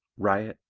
riot,